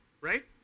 right